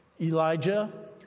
Elijah